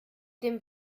dem